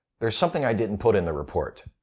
there's something i didn't put in the report.